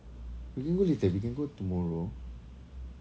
we can go later we can go tomorrow